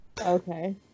Okay